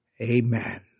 Amen